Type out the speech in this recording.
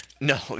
No